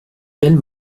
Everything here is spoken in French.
belle